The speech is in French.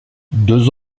deux